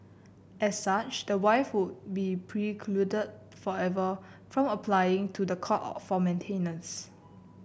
as such the wife would be precluded forever from applying to the court for maintenance